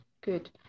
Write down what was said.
Good